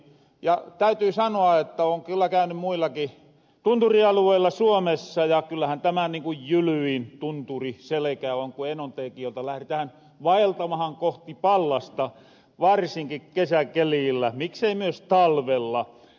ja täytyy sanoa että oon kyllä käyny muillaki tunturialueilla suomessa ja kyllähän tämä niin kuin jylyin tunturiselekä on ku enontekiöltä lähretähän vaeltamahan kohti pallasta varsinki kesäkeliillä miksei myös talvella